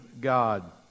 God